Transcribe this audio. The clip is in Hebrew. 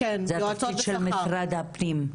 זה התפקיד של משרד הפנים.